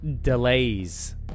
delays